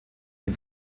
die